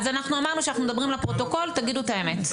אז אמרנו שאנחנו מדברים לפרוטוקול, תגידו את האמת.